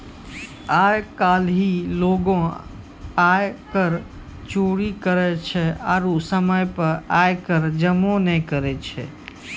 आइ काल्हि लोगें आयकर चोरी करै छै आरु समय पे आय कर जमो नै करै छै